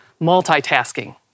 multitasking